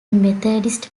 methodist